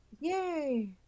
Yay